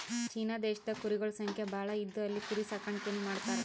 China ದೇಶದಾಗ್ ಕುರಿಗೊಳ್ ಸಂಖ್ಯಾ ಭಾಳ್ ಇದ್ದು ಅಲ್ಲಿ ಕುರಿ ಸಾಕಾಣಿಕೆನೂ ಮಾಡ್ತರ್